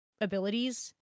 abilities